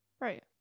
Right